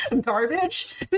garbage